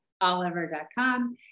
Oliver.com